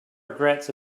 regrets